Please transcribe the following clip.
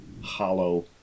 hollow